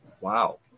Wow